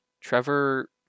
Trevor